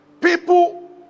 people